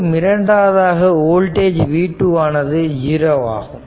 மற்றும் இரண்டாவதாக voltage v2 ஆனது 0 ஆகும்